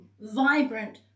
vibrant